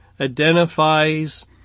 identifies